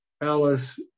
Alice